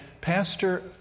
Pastor